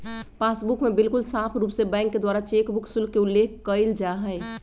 passbook में बिल्कुल साफ़ रूप से बैंक के द्वारा चेकबुक शुल्क के उल्लेख कइल जाहई